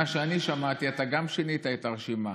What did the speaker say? ממה שאני שמעתי, אתה גם שינית את הרשימה,